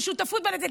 של שותפות בנטל?